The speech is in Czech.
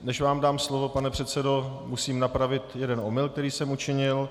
Než vám dám slovo, pane předsedo , musím napravit jeden omyl, který jsem učinil.